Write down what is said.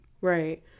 Right